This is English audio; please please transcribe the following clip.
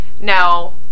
Now